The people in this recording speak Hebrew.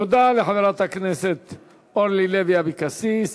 תודה לחברת הכנסת אורלי לוי אבקסיס.